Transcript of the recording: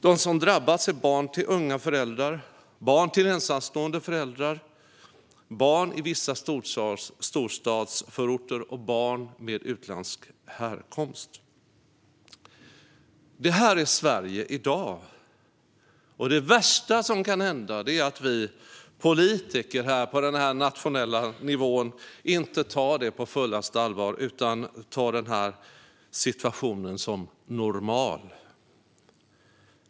De som drabbats är barn till unga föräldrar, barn till ensamstående föräldrar, barn i vissa storstadsförorter och barn med utländsk härkomst. Det här är Sverige i dag. Det värsta som kan hända är att vi politiker på den nationella nivån inte tar det på fullaste allvar utan ser den här situationen som normal.